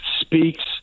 speaks